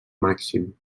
màxim